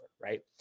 right